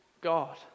God